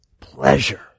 Pleasure